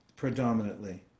Predominantly